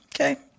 okay